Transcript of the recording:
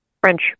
French